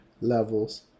levels